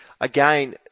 again